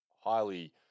highly